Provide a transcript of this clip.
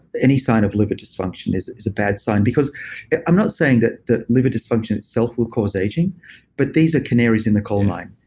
any sign of liver dysfunction is is a bad sign because i'm not saying that liver dysfunction itself will cause aging but these are canaries in the coal mine.